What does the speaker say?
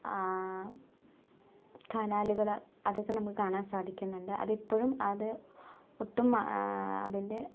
കനാലുകൾ അതൊക്കെ നമുക്ക് കാണാൻ സാധിക്കുന്നുണ്ട് അത് ഇപ്പോഴും അത് ഒട്ടും അതിൻ്റെ